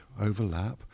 overlap